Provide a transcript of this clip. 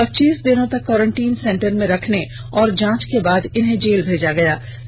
पच्चीस दिनों तक क्वोरंटाईन सेंटर में रखने और जांच के बाद इन्हें जेल भेजा गया है